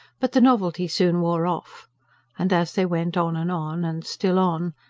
but the novelty soon wore off and as they went on and on, and still on,